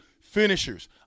finishers